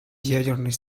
ядерной